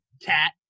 cat